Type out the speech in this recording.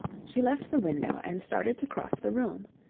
she left the window and started to cross the room.